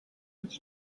its